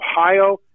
Ohio